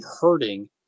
hurting